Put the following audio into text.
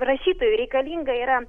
rašytojui reikalinga yra